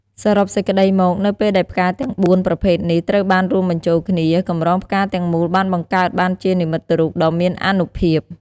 សរុបសេចក្តីមក នៅពេលដែលផ្កាទាំងបួនប្រភេទនេះត្រូវបានរួមបញ្ចូលគ្នា កម្រងផ្កាទាំងមូលបានបង្កើតបានជានិមិត្តរូបដ៏មានអានុភាព។